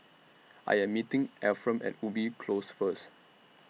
I Am meeting Efrem At Ubi Close First